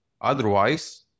Otherwise